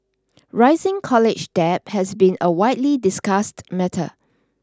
rising college debt has been a widely discussed matter